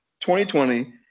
2020